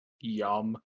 yum